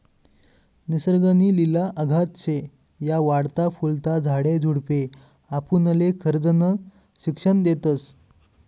निसर्ग नी लिला अगाध शे, या वाढता फुलता झाडे झुडपे आपुनले खरजनं शिक्षन देतस